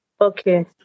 Okay